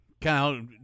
Kyle